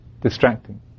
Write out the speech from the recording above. distracting